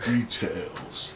Details